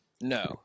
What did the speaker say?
No